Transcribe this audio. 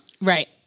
Right